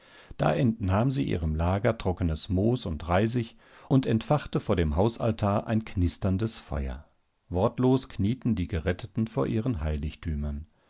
da entnahm sie ihrem lager trockenes moos und reisig und entfachte vor dem hausaltar ein knisterndes feuer wortlos knieten die geretteten vor ihren heiligtümern